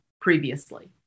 previously